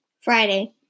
Friday